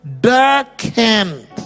darkened